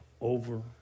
over